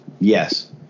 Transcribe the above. Yes